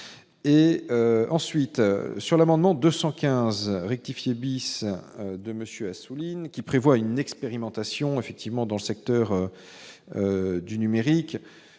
et ensuite sur l'amendement 215 rectifier bis de monsieur Assouline qui prévoit une expérimentation effectivement dans le secteur du numérique